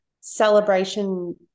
celebration